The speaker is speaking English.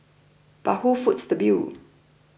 but who foots the bill